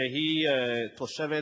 שהיא תושבת